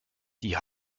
die